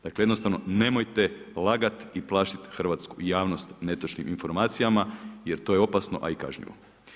Dakle jednostavno nemojte lagati i plašiti hrvatsku javnost netočnim informacijama jer to je opasno a i kažnjivo.